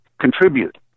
contribute